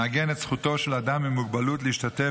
מעגן את זכותו של אדם עם מוגבלות להשתתף